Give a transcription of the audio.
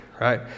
right